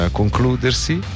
concludersi